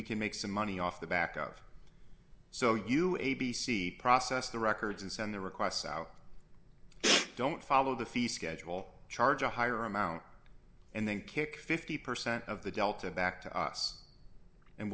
we can make some money off the back of so you a b c process the records and send the requests out don't follow the fee schedule charge a higher amount and then kick fifty percent of the delta back to us and